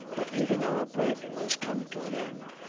but even our bread was come to an end,